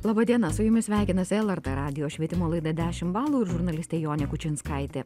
laba diena su jumis sveikinasi lrt radijo švietimo laida dešimt balų ir žurnalistė jonė kučinskaitė